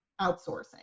outsourcing